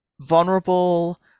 vulnerable